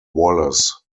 wallace